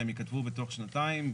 שהם ייכתבו בתוך שנתיים.